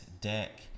deck